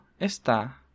está